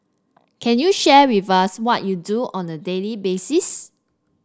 can you share with us what you do on a daily basis